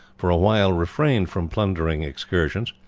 for a while refrained from plundering excursions.